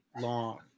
long